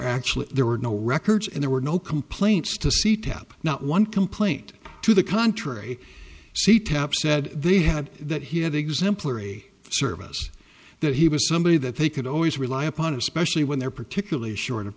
actually there were no records and there were no complaints to see tapp now one complaint to the contrary see tapp said they had that he had exemplary service that he was somebody that they could always rely upon especially when they're particularly short of